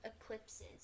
eclipses